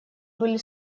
были